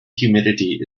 humidity